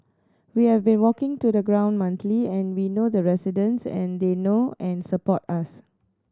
we have been walking to the ground monthly and we know the residents and they know and support us